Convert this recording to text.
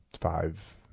Five